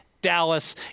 Dallas